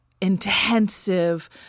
intensive